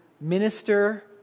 minister